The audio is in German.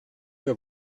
wir